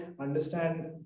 understand